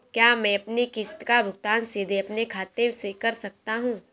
क्या मैं अपनी किश्त का भुगतान सीधे अपने खाते से कर सकता हूँ?